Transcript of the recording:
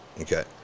Okay